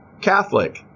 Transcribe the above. Catholic